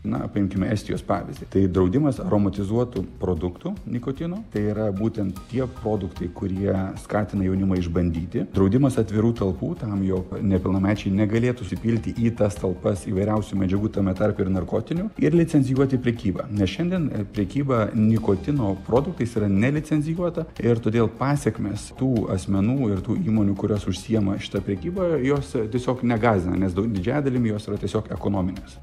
na paimkime estijos pavyzdį tai draudimas aromatizuotų produktų nikotino tai yra būtent tie produktai kurie skatina jaunimą išbandyti draudimas atvirų talpų tam jog nepilnamečiai negalėtų supilti į tas talpas įvairiausių medžiagų tame tarpe ir narkotinių ir licencijuoti prekybą nes šiandien prekyba nikotino produktais yra nelicencijuota ir todėl pasekmės tų asmenų ir tų įmonių kurios užsiima šita prekyba jose tiesiog negąsdina nes didžiąja dalimi jos yra tiesiog ekonominės